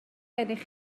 gennych